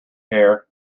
hare